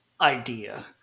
idea